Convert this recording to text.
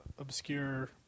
Obscure